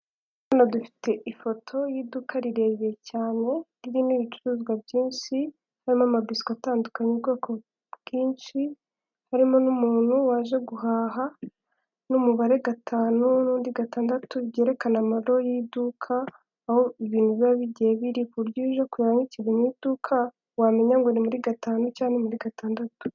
Hano dufite ifoto y'iduka rirerire cyane, ririmo ibicuruzwa byinshi n'amamabiswi atandukanye y'ubwoko bwinshi, harimo n'umuntu waje guhaha n'umubare gatanu n'undi gatandatu, byerekana amaro y'iduka, aho ibintu biba bigiye biri, ku buryo uje kure nk' ikintu mu iduka wamenya ngo ni muri gatanu cyangwa ni muri gatandatu.